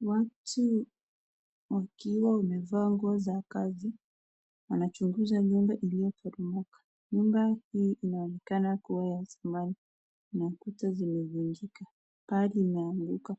Watu wakiwa wamevaa nguo za kazi wanachunguza nyumba iliyoporomoka. Nyumba hii inaonekana kuwa ya zamani na kuta zimevunjika paa limeanguka.